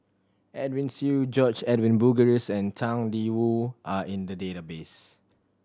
Edwin Siew George Edwin Bogaars and Tang Da Wu are in the database